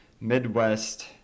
Midwest